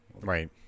Right